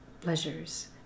pleasures